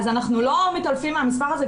אז אנחנו לא מתעלפים מהמספר הזה.